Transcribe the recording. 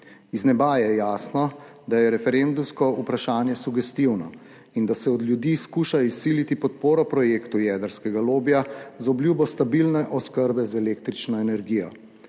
Iz neba je jasno, da je referendumsko vprašanje sugestivno in da se od ljudi skuša izsiliti podporo projektu jedrskega lobija z obljubo stabilne oskrbe z električno energijo.